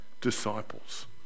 disciples